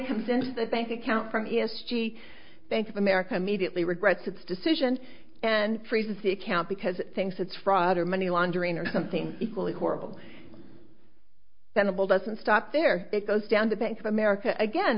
come since that bank account from its g e bank of america immediately regrets its decision and freezes the account because things it's fraud or money laundering or something equally horrible bendable doesn't stop there it goes down the bank of america again